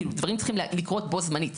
כאילו דברים צריכים לקרות בו-זמנית.